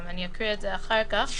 אני אקריא את זה אחר כך,